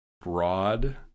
broad